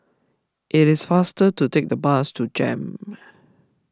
it is faster to take the bus to Jem